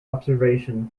observation